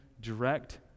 direct